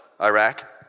Iraq